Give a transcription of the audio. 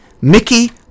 Mickey